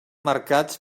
marcats